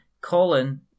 Colin